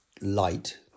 light